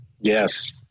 Yes